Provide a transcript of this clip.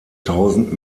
tausend